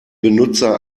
benutzer